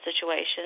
situations